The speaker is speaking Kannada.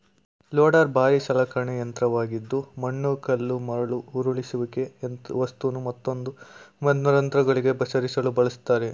ಲೋಡರ್ ಭಾರೀ ಸಲಕರಣೆ ಯಂತ್ರವಾಗಿದ್ದು ಮಣ್ಣು ಕಲ್ಲು ಮರಳು ಉರುಳಿಸುವಿಕೆ ವಸ್ತುನು ಮತ್ತೊಂದು ಯಂತ್ರಗಳಿಗೆ ಸರಿಸಲು ಬಳಸ್ತರೆ